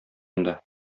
анда